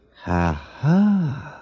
Ha-ha